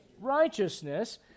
righteousness